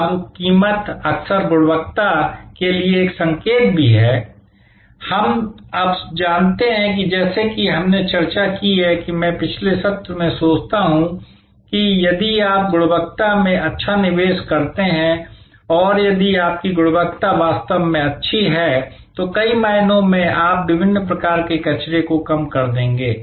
अब कीमत अक्सर गुणवत्ता के लिए एक संकेत भी है हम अब जानते हैं जैसा कि हमने चर्चा की है कि मैं पिछले सत्र में सोचता हूं कि यदि आप गुणवत्ता में अच्छा निवेश करते हैं और यदि आपकी गुणवत्ता वास्तव में अच्छी है तो कई मायनों में आप विभिन्न प्रकार के कचरे को कम कर देंगे